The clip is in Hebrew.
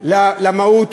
למהות